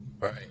Right